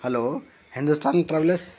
hello Hindustan travels